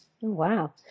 wow